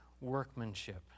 workmanship